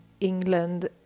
England